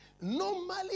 normally